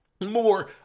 more